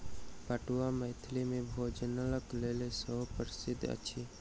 पटुआ मिथिला मे भोजनक लेल सेहो प्रसिद्ध अछि